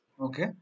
Okay